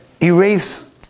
erase